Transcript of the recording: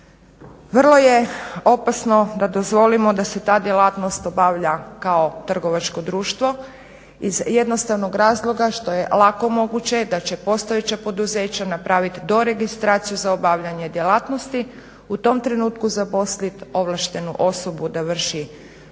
Vrlo je opasno da dozvolimo da se ta djelatnost obavlja kao trgovačko društvo iz jednostavnog razloga što je lako moguće da će postojeća poduzeća napraviti do registraciju za obavljanje djelatnosti u tom trenutku zaposlit ovlaštenu osobu da vrši poslove